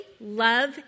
love